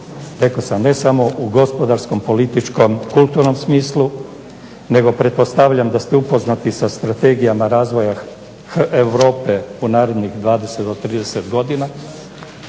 rekao sam, ne samo u gospodarskom, političkom, kulturnom smislu nego pretpostavljam da ste upoznati sa strategijama razvoja Europe u narednih 20 do 30 godina.